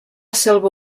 selva